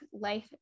life